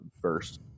first